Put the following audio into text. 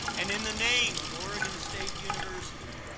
and in the name of oregon state university,